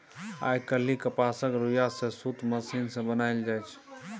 आइ काल्हि कपासक रुइया सँ सुत मशीन सँ बनाएल जाइ छै